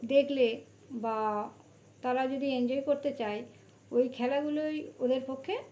দেখলে বা তারা যদি এনজয় করতে চায় ওই খেলাগুলোই ওদের পক্ষে